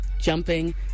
jumping